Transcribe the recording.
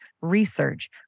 research